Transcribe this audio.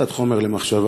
קצת חומר למחשבה.